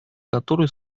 которую